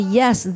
yes